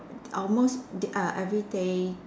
almost d~ err everyday